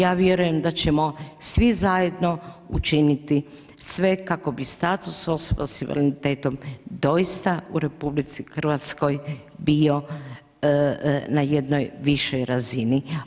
Ja vjerujem da ćemo svi zajedno učiniti sve kako bi status osoba s invaliditetom doista u RH bio na jednoj višoj razini.